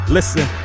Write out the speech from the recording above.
Listen